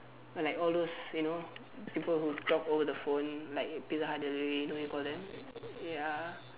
like all those you know people who talk over the phone like Pizza Hut delivery when you call them ya